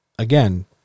Again